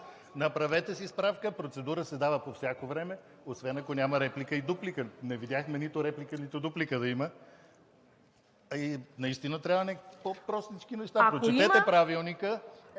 Направете си справка! Процедура се дава по всяка време, освен ако няма реплика и дуплика. Не видяхме нито реплика, нито дуплика да има. Наистина трябва някакви по-простички неща… Прочетете Правилника!